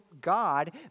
God